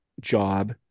job